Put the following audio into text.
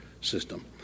system